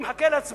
אני מחכה להצבעה,